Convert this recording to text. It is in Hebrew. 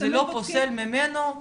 זה לא פוסל ממנו.